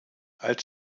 als